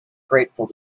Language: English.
grateful